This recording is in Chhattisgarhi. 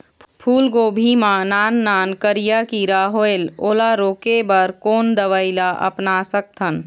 फूलगोभी मा नान नान करिया किरा होयेल ओला रोके बर कोन दवई ला अपना सकथन?